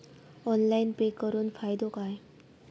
Online pay करुन फायदो काय?